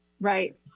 Right